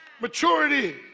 Maturity